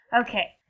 Okay